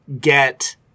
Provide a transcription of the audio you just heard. get